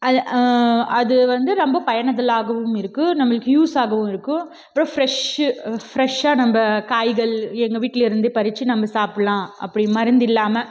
அது அது வந்து ரொம்ப பயனதுள்ளாகவும் இருக்கு நம்மளுக்கு யூஸாகவும் இருக்கு அப்றம் ஃப்ரெஷ்ஷு ஃப்ரெஷ்ஷாக நம்ம காய்கள் எங்கள் வீட்டில் இருந்து பறித்து நம்ம சாப்புடல்லா அப்படி மருந்து இல்லாமல்